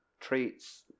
traits